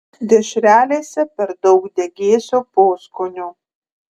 dešrelėse per daug degėsio poskonio